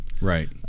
Right